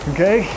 Okay